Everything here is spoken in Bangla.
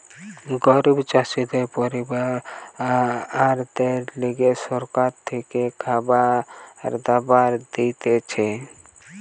গরিব চাষি পরিবারদের লিগে সরকার থেকে খাবার দাবার দিতেছে